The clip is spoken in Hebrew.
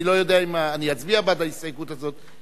אני לא יודע אם אני אצביע בעד ההסתייגות הזאת,